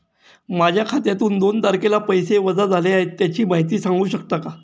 माझ्या खात्यातून दोन तारखेला पैसे वजा झाले आहेत त्याची माहिती सांगू शकता का?